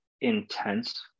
intense